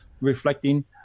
reflecting